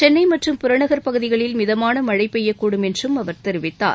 சென்னை மற்றம் புறநகர் பகுதிகளில் மிதமான மழழ பெய்யக்கூடும் என்றும் அவர் தெரிவித்தார்